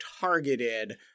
targeted